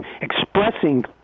expressing